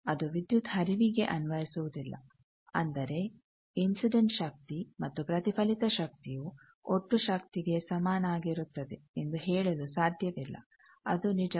ಅದು ವಿದ್ಯುತ್ ಹರಿವಿಗೆ ಅನ್ವಯಿಸುವುದಿಲ್ಲ ಅಂದರೆ ಇನ್ಸಿಡೆಂಟ್ ಶಕ್ತಿ ಮತ್ತು ಪ್ರತಿಫಲಿತ ಶಕ್ತಿಯು ಒಟ್ಟು ಶಕ್ತಿಗೆ ಸಮನಾಗಿರುತ್ತದೆ ಎಂದು ಹೇಳಲು ಸಾಧ್ಯವಿಲ್ಲ ಅದು ನಿಜವಲ್ಲ